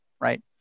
right